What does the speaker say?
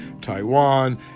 Taiwan